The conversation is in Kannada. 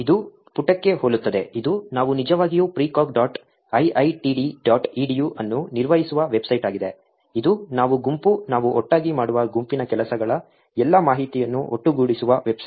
ಇದು ಪುಟಕ್ಕೆ ಹೋಲುತ್ತದೆ ಇದು ನಾವು ನಿಜವಾಗಿಯೂ precog dot iiitd dot edu ಅನ್ನು ನಿರ್ವಹಿಸುವ ವೆಬ್ಸೈಟ್ ಆಗಿದೆ ಇದು ನಾವು ಗುಂಪು ನಾವು ಒಟ್ಟಾಗಿ ಮಾಡುವ ಗುಂಪಿನ ಕೆಲಸಗಳ ಎಲ್ಲಾ ಮಾಹಿತಿಯನ್ನು ಒಟ್ಟುಗೂಡಿಸುವ ವೆಬ್ಸೈಟ್